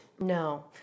No